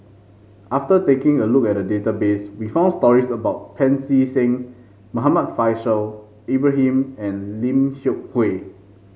after taking a look at database we found stories about Pancy Seng Muhammad Faishal Ibrahim and Lim Seok Hui